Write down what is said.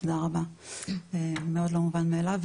תודה רבה, מאוד לא מובן מאליו.